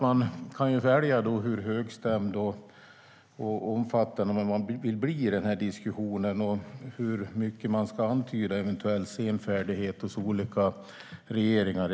Man kan välja hur högstämd och omfattande man vill bli i denna diskussion och hur mycket man ska antyda eventuell senfärdighet hos olika regeringar.